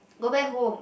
go back home